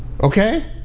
Okay